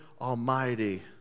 Almighty